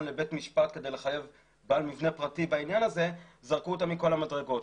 כדי לחייב בעל מבנה פרטי בעניין וזרקו אותה מכל המדרגות.